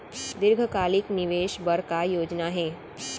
दीर्घकालिक निवेश बर का योजना हे?